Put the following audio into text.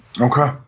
Okay